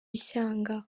ishyanga